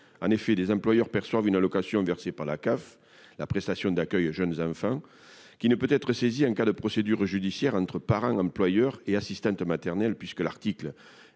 en effet des employeurs perçoivent une allocation versée par la CAF, la prestation d'accueil jeune enfant qui ne peut être saisie en cas de procédure judiciaire entre par employeur est assistante maternelle, puisque l'article